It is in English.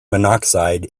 monoxide